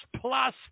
plus